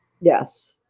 Yes